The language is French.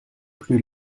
plus